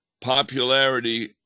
popularity